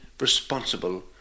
responsible